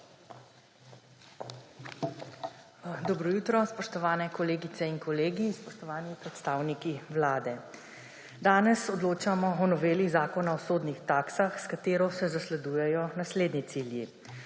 Dobro jutro! Spoštovane kolegice in kolegi, spoštovani predstavniki Vlade! Danes odločamo o noveli Zakona o sodnih taksah, s katero se zasledujejo naslednji cilji.